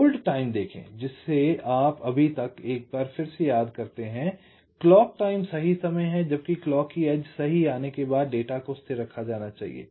hold time देखें जिसे आप अभी एक बार फिर से याद करते हैं क्लॉक टाइम सही समय है जब क्लॉक की एज सही आने के बाद डेटा को स्थिर रखा जाना चाहिए